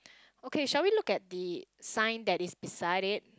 okay shall we look at the sign that is beside it